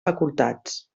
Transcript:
facultats